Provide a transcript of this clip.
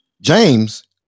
James